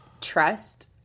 trust